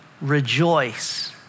rejoice